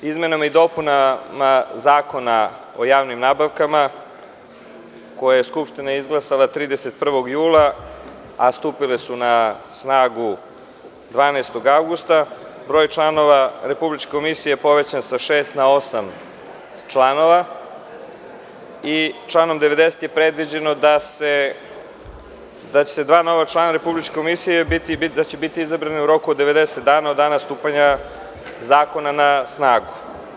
Izmenama i dopunama Zakona o javnim nabavkama, koje je Skupština izglasala 31. jula, a stupile su na snagu 12. avgusta, broj članova Republičke komisije je povećan sa šest na osam članova i članom 90. je predviđeno da će dva nova člana Republičke komisije biti izabrana u roku od 90 dana od dana stupanja zakona na snagu.